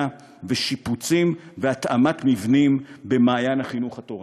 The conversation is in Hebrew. ושיפוצים והתאמת מבנים ב"מעיין החינוך התורני".